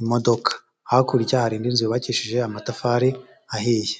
imodoka hakurya hari indi inzu yubakishije amatafari ahiye.